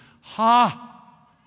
Ha